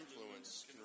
influence